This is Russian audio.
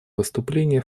выступления